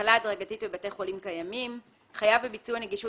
החלה הדרגתית בבתי חולים קיימים חייב בביצוע נגישות